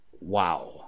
Wow